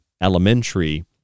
elementary